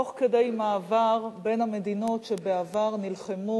תוך כדי מעבר בין המדינות שבעבר נלחמו